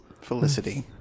Felicity